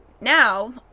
now